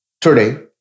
Today